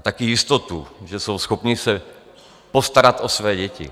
Taky jistotu, že jsou schopni se postarat o své děti.